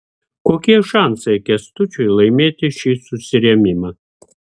kokie šansai kęstučiui laimėti šį susirėmimą